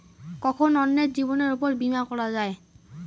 কখন অন্যের জীবনের উপর বীমা করা যায়?